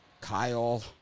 Kyle